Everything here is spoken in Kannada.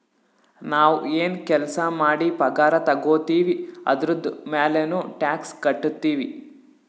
ನಾವ್ ಎನ್ ಕೆಲ್ಸಾ ಮಾಡಿ ಪಗಾರ ತಗೋತಿವ್ ಅದುರ್ದು ಮ್ಯಾಲನೂ ಟ್ಯಾಕ್ಸ್ ಕಟ್ಟತ್ತಿವ್